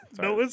No